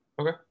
Okay